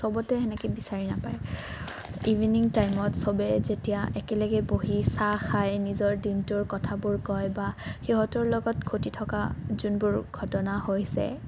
চবতে সেনেকৈ বিচাৰি নাপায় ইভিনিং টাইমত চবেই যেতিয়া একেলেগে বহি চাহ খাই নিজৰ দিনটোৰ কথাবোৰ কয় বা সিহঁতৰ লগত ঘটি থকা যোনবোৰ ঘটনা হৈছে